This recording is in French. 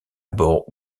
bords